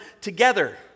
together